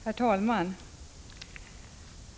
Herr talman!